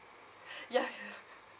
ya ya